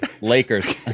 Lakers